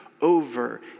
over